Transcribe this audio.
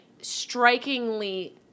strikingly